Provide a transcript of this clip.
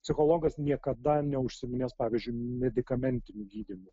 psichologas niekada neužsiiminės pavyzdžiui medikamentiniu gydymu